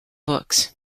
books